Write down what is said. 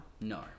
No